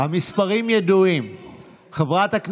מטעים את הציבור.